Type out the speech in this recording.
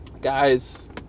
guys